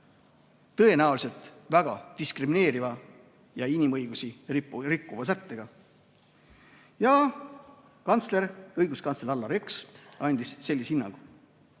tõenäoliselt väga diskrimineeriva ja inimõigusi rikkuva sättega. Õiguskantsler Allar Jõks andis sellise hinnangu.